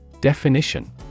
Definition